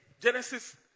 Genesis